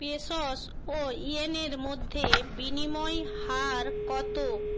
pesos ও ইয়েনের মধ্যে বিনিময় হার কতো